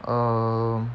uh